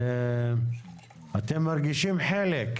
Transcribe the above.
אתם מרגישים חלק.